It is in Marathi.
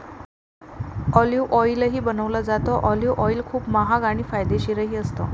ऑलिव्ह ऑईलही बनवलं जातं, ऑलिव्ह ऑईल खूप महाग आणि फायदेशीरही असतं